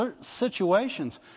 situations